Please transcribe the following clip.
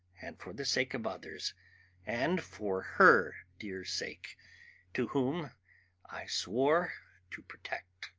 and for the sake of others and for her dear sake to whom i swore to protect.